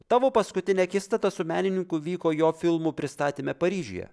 tavo paskutinė akistata su menininku vyko jo filmų pristatyme paryžiuje